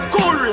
Cool